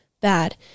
bad